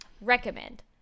Recommend